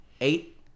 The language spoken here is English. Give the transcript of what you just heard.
Eight